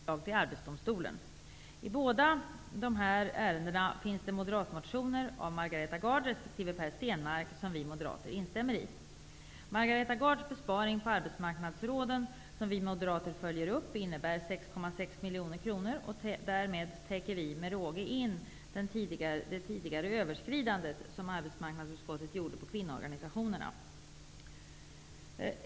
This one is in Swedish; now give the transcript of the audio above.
Herr talman! I detta betänkande behandlas anslag till bl.a. arbetsmarknadsråden och anslag till Arbetsdomstolen. I båda dessa ärenden finns det motioner, av Margareta Gard resp. Per Stenmarck, som vi moderater instämmer i. Margareta Gards förslag till besparing vad gäller arbetsmarknadsråden, som vi moderater följer upp, innebär 6,6 miljoner kronor. Därmed täcker vi med råge in det överskridande som arbetsmarknadsutskottet ville göra när det gäller kvinnoorganisationerna.